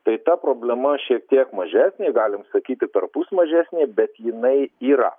tai ta problema šiek tiek mažesnė galim sakyti perpus mažesnė bet jinai yra